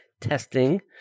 testing